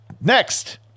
Next